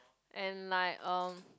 and like um